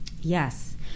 Yes